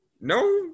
No